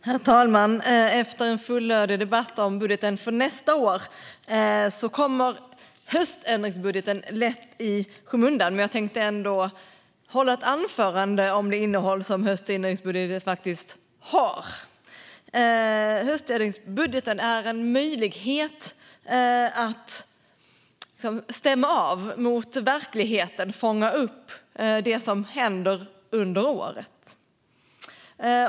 Herr talman! Efter en fullödig debatt om budgeten för nästa år kommer höständringsbudgeten lätt i skymundan. Jag vill ändå hålla ett anförande om höständringsbudgetens innehåll. Höständringsbudgeten är en möjlighet att stämma av mot verkligheten och fånga upp det som hänt under året.